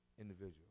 individual